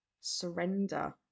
surrender